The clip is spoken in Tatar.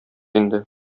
инде